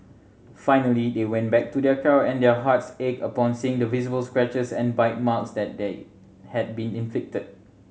finally they went back to their car and their hearts ached upon seeing the visible scratches and bite marks that day had been inflicted